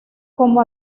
como